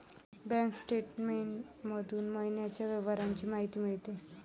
bank statement मधून महिन्याच्या व्यवहारांची माहिती मिळते